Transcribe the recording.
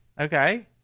Okay